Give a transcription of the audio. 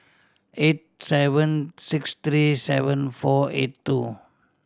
eight seven six three seven four eight two